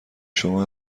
شما